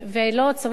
ולא צריך פתאום,